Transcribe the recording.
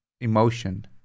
emotion